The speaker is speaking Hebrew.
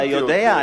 אתה יודע,